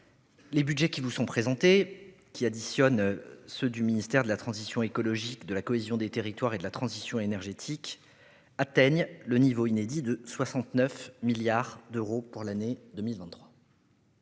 Les budgets qui vous sont présentés agglomèrent ceux du ministère de la transition écologique, de la cohésion des territoires et de la transition énergétique. Ils atteignent le niveau inédit de 69 milliards d'euros pour l'année 2023,